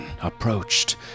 approached